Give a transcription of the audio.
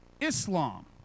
Islam